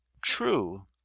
True